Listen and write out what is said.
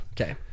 Okay